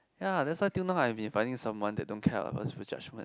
ya that's why till now I've been finding someone that don't care about people's judgement